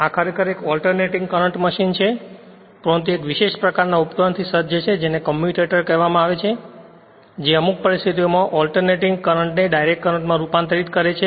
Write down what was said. આ ખરેખર એક ઓલ્ટર્નેટિંગ કરંટ મશીન છે પરંતુ તે એક વિશેષ ઉપકરણથી સજ્જ છે જેને કમ્યુટેટર કહેવામાં આવે છે જે અમુક પરિસ્થિતિઓમાં ઓલ્ટર્નેટિંગ કરંટ ને ડાઇરેક્ટ કરંટ માં રૂપાંતરિત કરે છે